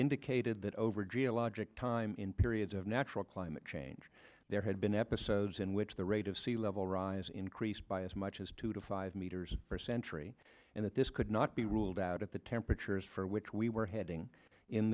indicated that over geologic time in periods of natural climate change there had been episodes in which the rate of sea level rise increased by as much as two to five meters per century and that this could not be ruled out at the temperatures for which we were heading in